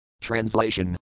Translation